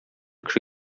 кеше